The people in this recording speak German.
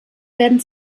werden